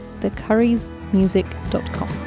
thecurriesmusic.com